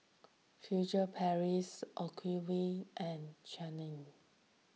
Furtere Paris Ocuvite and Ceradan